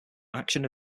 action